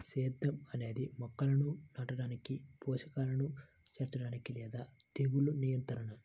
సేద్యం అనేది మొక్కలను నాటడానికి, పోషకాలను చేర్చడానికి లేదా తెగులు నియంత్రణ